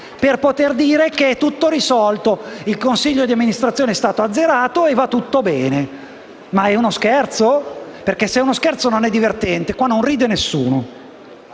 per poter dire che è tutto risolto, che il consiglio di amministrazione è stato azzerato e va tutto bene. Ma è uno scherzo? Se è uno scherzo, non è divertente. Qua non ride nessuno.